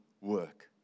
work